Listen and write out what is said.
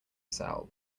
sell